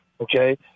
okay